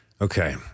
Okay